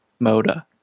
Moda